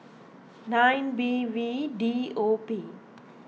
nine B V D O P